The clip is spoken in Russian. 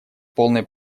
полной